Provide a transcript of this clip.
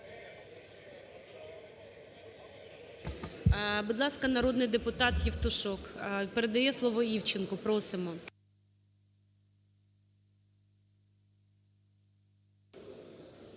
Будь ласка, народний депутат Євтушок передає слово Івченку, просимо.